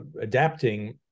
adapting